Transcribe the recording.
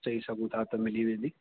चई सघूं था त मिली वेंदी